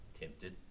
tempted